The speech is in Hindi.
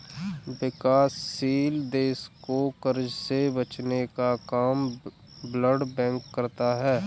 विकासशील देश को कर्ज से बचने का काम वर्ल्ड बैंक करता है